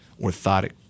orthotic